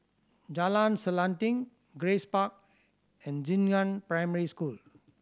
Jalan Selanting Grace Park and Xingnan Primary School